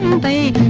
the